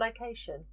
location